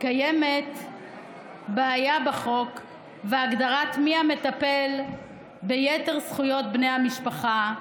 קיימת בעיה בחוק בהגדרת מי המטפל ביתר זכויות בני המשפחה,